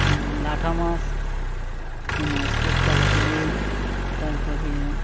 লাটা মাছ এসে তেলাপিয়া তারপরে